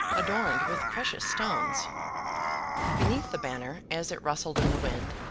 adorned with precious stones beneath the banner, as it rustled in the wind,